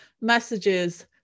messages